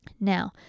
Now